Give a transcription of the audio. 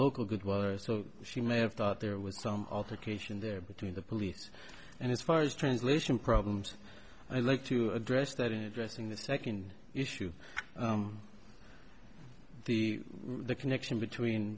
local good well she may have thought there was some altercation there between the police and as far as translation problems i like to address that in addressing the second issue the the connection between